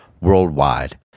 worldwide